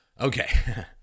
Okay